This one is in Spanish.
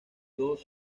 dos